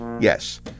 yes